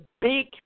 big